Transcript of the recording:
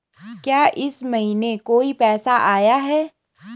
क्या इस महीने कोई पैसा आया है?